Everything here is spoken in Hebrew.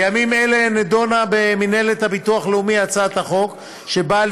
בימים אלה נדונה במינהלת המוסד לביטוח לאומי הצעת חוק שבאה